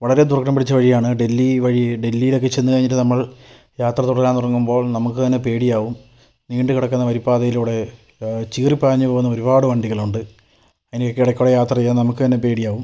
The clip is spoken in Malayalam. വളരെ ദുർഗ്ഗം പിടിച്ച വഴിയാണ് ഡൽഹി വഴി ഡൽഹിയിലൊക്കെ ചെന്ന് കഴിഞ്ഞിട്ട് നമ്മൾ യാത്ര തുടരാൻ തുടങ്ങുമ്പോഴും നമുക്ക് തന്നെ പേടിയാവും നീണ്ട് കിടക്കുന്ന വരി പാതയിലൂടെ ചീറി പാഞ്ഞ് പോകുന്ന ഒരുപാട് വണ്ടികളുണ്ട് അതിന് ഇടയിൽ കൂടെ യാത്ര ചെയ്യാൻ നമുക്ക് തന്നെ പേടിയാവും